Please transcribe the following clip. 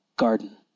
garden